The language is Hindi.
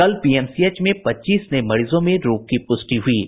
कल पीएमसीएच में पच्चीस नये मरीजों में रोग की पुष्टि हुई है